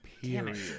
Period